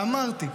אמרתי,